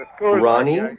Ronnie